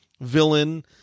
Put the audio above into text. villain